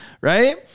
Right